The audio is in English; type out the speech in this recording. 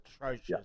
atrocious